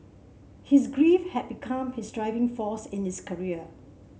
his grief had become his driving force in this career